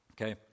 Okay